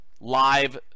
live